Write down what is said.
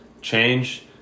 change